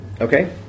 Okay